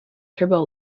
turbo